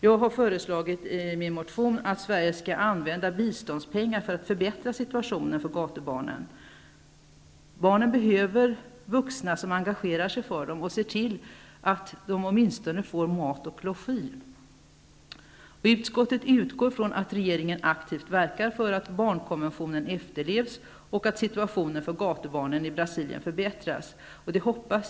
Jag har föreslagit i min motion att Sverige skall använda biståndspengar för att förbättra situationen för gatubarnen. Barnen behöver vuxna som engagerar sig och ser till att de åtminstone får mat och logi. Utskottet utgår från att regeringen aktivt verkar för att barnkonventionen efterlevs och att situationen för gatubarnen i Brasilien förbättras.